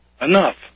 enough